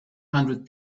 hundred